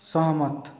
सहमत